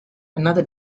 another